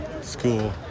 school